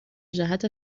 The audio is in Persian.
جهت